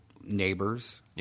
neighbors